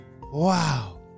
Wow